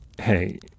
Hey